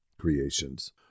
Creations